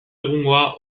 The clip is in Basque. egungoa